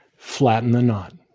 flatten the knot.